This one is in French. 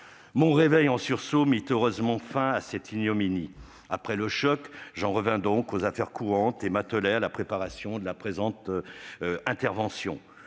Mon réveil en sursaut mit heureusement fin à cette ignominie. Après le choc, j'en revins donc aux affaires courantes et je m'attelai à la préparation de cette intervention.